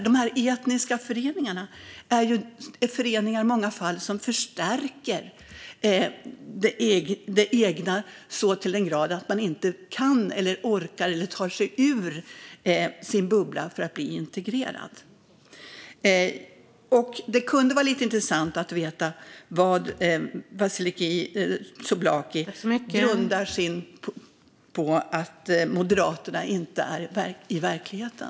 De etniska föreningarna är i många fall föreningar som förstärker det egna så till den grad att man inte kan eller orkar ta sig ur sin bubbla för att bli integrerad. Det vore intressant att få höra på vad Vasiliki Tsouplaki grundar sin syn att Moderaterna inte befinner sig i verkligheten.